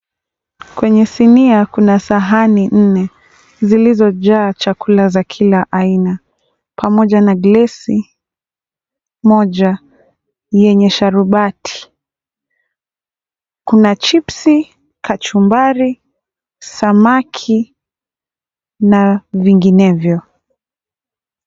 Kwenye sinia kuna sahani nne zilizojaa chakula za kila aina pamoja na glesi moja yenye sharubati, kuna chipsi, kachumbari, samaki na vinginevyo.